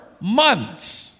months